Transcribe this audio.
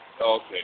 Okay